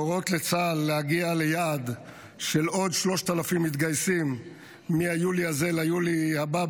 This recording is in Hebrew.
להורות לצה"ל להגיע ליעד של עוד 3,000 מתגייסים מיולי הזה ליולי הבא,